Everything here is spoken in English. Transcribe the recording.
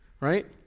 right